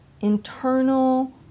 internal